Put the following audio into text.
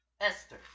Esther